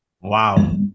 Wow